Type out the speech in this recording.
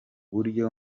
buryo